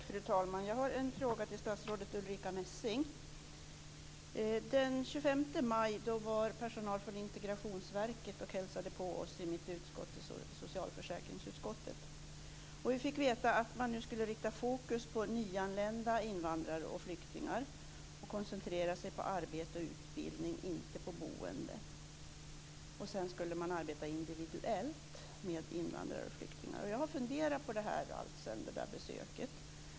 Fru talman! Jag har en fråga till statsrådet Ulrica Den 25 maj var personal från Integrationsverket och hälsade på oss i socialförsäkringsutskottet. Vi fick veta att man nu skulle rikta fokus på nyanlända invandrare och flyktingar och koncentrera sig på arbete och utbildning, inte på boende. Vidare skulle man arbeta individuellt med invandrare och flyktingar. Jag har funderat på detta alltsedan besöket.